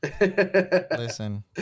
Listen